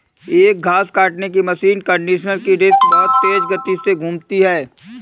एक घास काटने की मशीन कंडीशनर की डिस्क बहुत तेज गति से घूमती है